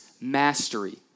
mastery